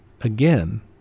again